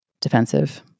defensive